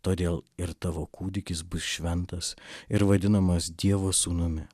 todėl ir tavo kūdikis bus šventas ir vadinamas dievo sūnumi